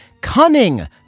cunning